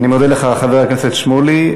אני מודה לך, חבר הכנסת שמולי.